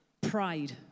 Pride